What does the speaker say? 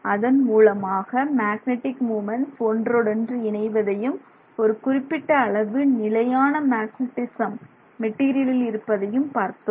அதன் மூலமாக magnetic moments ஒன்றோடொன்று இணைவதையும் ஒரு குறிப்பிட்ட அளவு நிலையான மேக்னட்டிசம் மெட்டீரியலில் இருப்பதையும் பார்த்தோம்